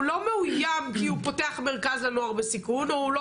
הוא לא מאויים כי הוא פותח מרכז לנוער בסיכון או הוא לא